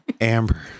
Amber